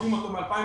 גובים אותו מ-2015,